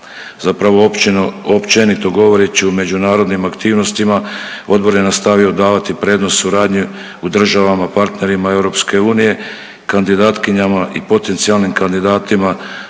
Zapravo općenito govoreći u međunarodnim aktivnostima odbor je nastavio davati prednost suradnji u državama partnerima EU, kandidatkinjama i potencijalnim kandidatima